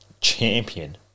champion